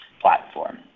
platform